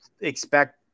expect